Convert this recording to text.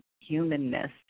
humanness